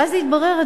ואז התברר,